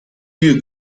you